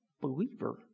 believer